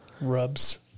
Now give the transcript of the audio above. Rubs